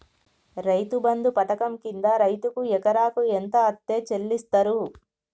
రైతు బంధు పథకం కింద రైతుకు ఎకరాకు ఎంత అత్తే చెల్లిస్తరు?